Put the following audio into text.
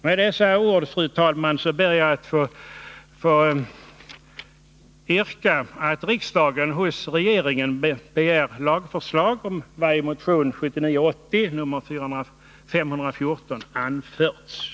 Med dessa ord, fru talman, ber jag att få yrka att riksdagen hos regeringen skall begära lagförslag i enlighet med vad som anförs i motionen 514 av mig och Anita Bråkenhielm.